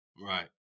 Right